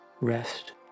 rest